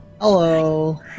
Hello